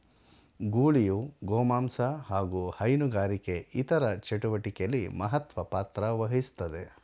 ಗೂಳಿಯು ಗೋಮಾಂಸ ಹಾಗು ಹೈನುಗಾರಿಕೆ ಇತರ ಚಟುವಟಿಕೆಲಿ ಮಹತ್ವ ಪಾತ್ರವಹಿಸ್ತದೆ